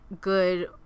good